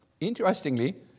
Interestingly